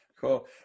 Cool